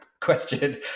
question